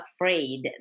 afraid